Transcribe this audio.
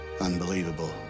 unbelievable